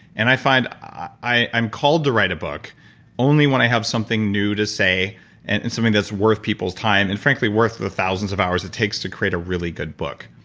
and i find i'm called to write a book only when i have something new to say and and something that's worth people's time, and, frankly, worth the thousands of hours it takes to create a really good book.